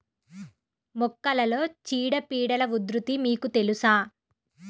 మొక్కలలో చీడపీడల ఉధృతి మీకు తెలుసా?